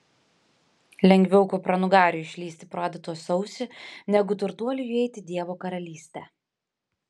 lengviau kupranugariui išlįsti pro adatos ausį negu turtuoliui įeiti į dievo karalystę